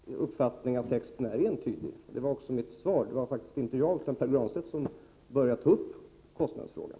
Herr talman! Jag delar Pär Granstedts uppfattning att texten är entydig. Det var också mitt svar. Det var inte jag, utan Pär Granstedt, som började ta upp kostnadsfrågan.